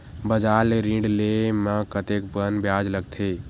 बजार ले ऋण ले म कतेकन ब्याज लगथे?